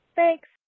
Thanks